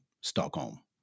Stockholm